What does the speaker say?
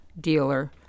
dealer